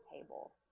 table